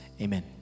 Amen